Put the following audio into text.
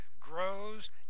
grows